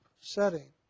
setting